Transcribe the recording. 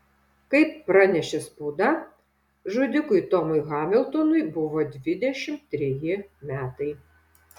kaip pranešė spauda žudikui tomui hamiltonui buvo dvidešimt treji metai